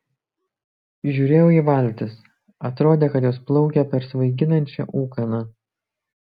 žiūrėjau į valtis atrodė kad jos plaukia per svaiginančią ūkaną